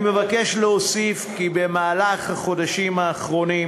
אני מבקש להוסיף כי במהלך החודשים האחרונים